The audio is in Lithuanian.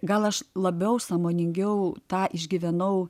gal aš labiau sąmoningiau tą išgyvenau